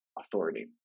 authority